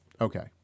Okay